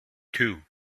two